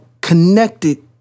Connected